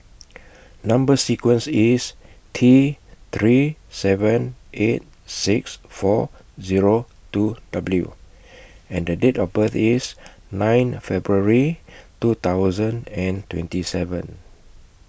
Number sequence IS T three seven eight six four Zero two W and Date of birth IS nine February two thousand and twenty seven